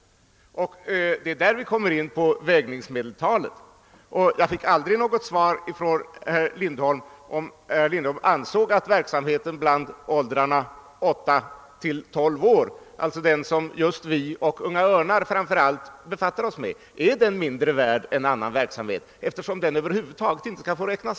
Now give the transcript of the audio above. Det är där vi kommer in på frågan om vägningsmedeltalet. Jag fick aldrig något svar från herr Lindholm på frågan, huruvida han ansåg att verksamheten bland åldrarna 8—12 år — alltså just den åldersgrupp som framför allt vi och Unga örnar befattar oss med — skulle vara mindre betydelsefull än annan verksamhet. Är verksamheten i den gruppen mindre värd, eftersom den över huvud taget inte skall få inräknas?